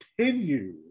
continue